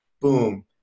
Boom